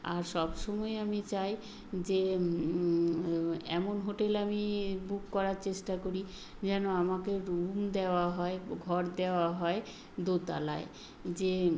আর সব সময় আমি চাই যে এমন হোটেল আমি বুক করার চেষ্টা করি যেন আমাকে রুম দেওয়া হয় ঘর দেওয়া হয় দোতালায় যে